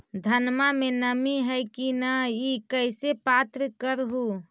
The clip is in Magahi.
धनमा मे नमी है की न ई कैसे पात्र कर हू?